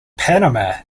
panama